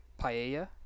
paella